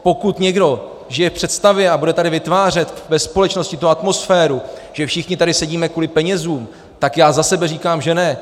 Pokud někdo žije v představě a bude tady vytvářet ve společnosti atmosféru, že všichni tady sedíme kvůli penězům, tak já za sebe říkám, že ne.